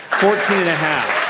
fourteen and a half.